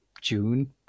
June